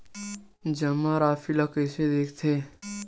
जमा राशि ला कइसे देखथे?